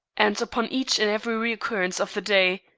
and upon each and every recurrence of the day,